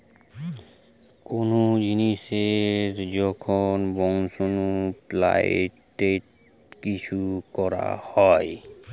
কোন জিনিসের যখন বংশাণু পাল্টে কিছু করা হয়